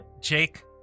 Jake